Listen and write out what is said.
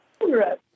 right